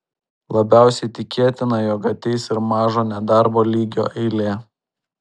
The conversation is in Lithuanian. labiausiai tikėtina jog ateis ir mažo nedarbo lygio eilė